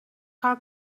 are